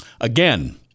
Again